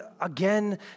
again